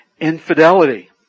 infidelity